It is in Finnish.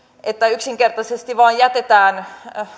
että yksinkertaisesti vain jätetään